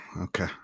okay